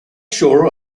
shore